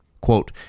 Quote